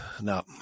No